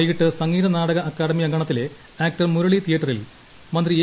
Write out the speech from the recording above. വൈകിട്ട് സംഗീത് നാടക അക്കാദമി അങ്കണത്തിലെ ആക്ടർ മുരളി തിയറ്ററിൽ മന്ത്രി എ